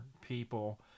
people